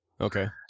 Okay